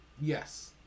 Yes